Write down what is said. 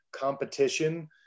competition